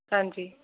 हांजी